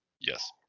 yes